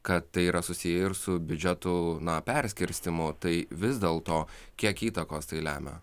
kad tai yra susiję ir su biudžetu na perskirstymu tai vis dėl to kiek įtakos tai lemia